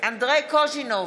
אנדרי קוז'ינוב,